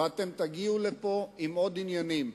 ואתם תגיעו לפה עם עוד עניינים.